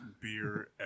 beer